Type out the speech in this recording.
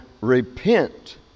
repent